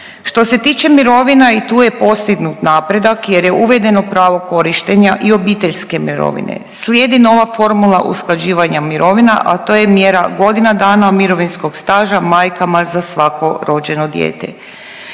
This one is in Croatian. Što se tiče mirovina, i tu je postignut napredak jer je uvedeno pravo korištenja i obiteljske mirovine. Slijedi nova formula usklađivanja mirovina, a to je mjera godina dana mirovinskog staža majkama za svako rođeno dijete.